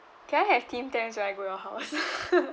can I have tim tams when I go your house